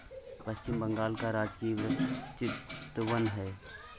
पश्चिम बंगाल का राजकीय वृक्ष चितवन है